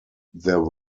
there